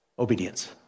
Obedience